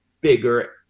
bigger